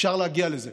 אפשר להגיע לזה.